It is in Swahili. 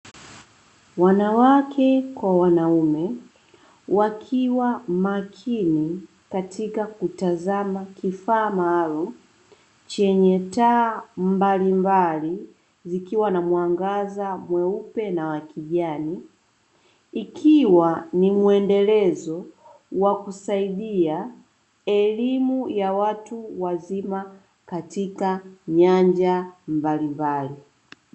Wanawake kwa wanaume wakiwa makini katika kutazama kifaa maalumu chenye taa mbalimbali, vikiwa na mwangaza mweupe na wa kijani, ikiwa ni muendelezo wa kusaidia elimu ya watu wazima katika nyanja mbalimbali.